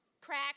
Crack